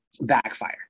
backfire